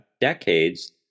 decades